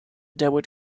dewitt